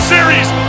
Series